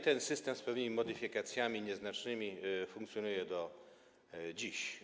Ten system z pewnymi modyfikacjami, nieznacznymi, funkcjonuje do dziś.